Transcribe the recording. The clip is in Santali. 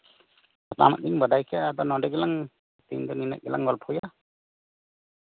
ᱥᱟᱱᱟᱢᱟᱜ ᱜᱤᱧ ᱵᱟᱰᱟᱭ ᱠᱮᱫᱟ ᱛᱮᱦᱮᱧ ᱫᱚ ᱱᱤᱱᱟᱹᱜ ᱜᱮᱞᱟᱝ ᱜᱚᱞᱯᱷᱚᱭᱟ